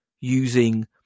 using